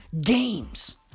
games